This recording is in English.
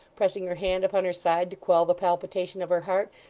pressing her hand upon her side to quell the palpitation of her heart,